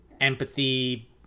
empathy